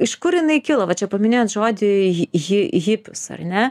iš kur jinai kilo va čia paminėjot žodį hi hipius ar ne